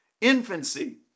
Infancy